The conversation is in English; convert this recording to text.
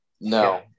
No